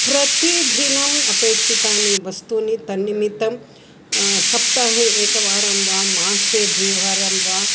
प्रतिदिनम् अपेक्षितानि वस्तूनि तन्निमित्तं सप्ताहे एकवारं वा मासे द्विवारं वा